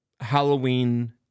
Halloween